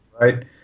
Right